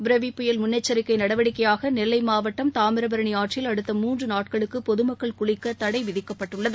புரெவி புயல் முன்னெச்சிக்கை நடவடிக்கையாக நெல்லை மாவட்டம் தாமிரபரணி ஆற்றில் அடுத்த மூன்று நாட்களுக்கு பொதுமக்கள் குளிக்க தடை விதிக்கப்பட்டுள்ளது